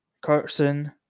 Carson